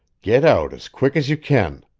get out as quick as you can!